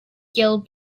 gil